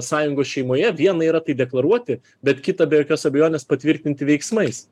sąjungos šeimoje viena yra tai deklaruoti bet kita be jokios abejonės patvirtinti veiksmais